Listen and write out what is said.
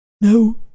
No